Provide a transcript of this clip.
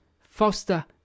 foster